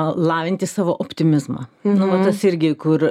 lavinti savo optimizmą nu va tas irgi kur